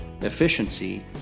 efficiency